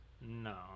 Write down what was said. No